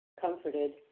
comforted